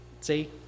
see